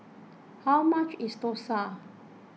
how much is Dosa